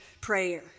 prayer